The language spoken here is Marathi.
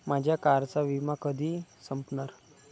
माझ्या कारचा विमा कधी संपणार